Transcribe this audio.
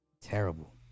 terrible